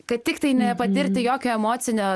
kad tiktai nepatirti jokio emocinio